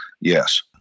Yes